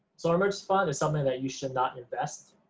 so emergency fund is something that you should not invest,